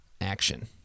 action